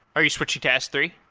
are you switching to s three?